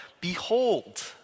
behold